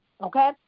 Okay